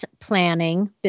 planning